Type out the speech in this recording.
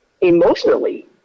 emotionally